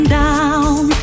down